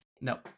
no